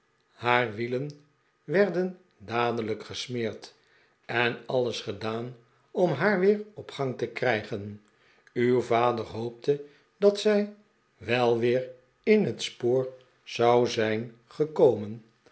haar wielen werden dadelijk ge smeerd en alles gedaan om haar weer op gang te krijgen uw vader hoopte dat zij wel weer in het spoor zou zijn gekomen